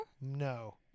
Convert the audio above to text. No